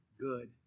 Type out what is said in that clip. good